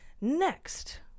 Next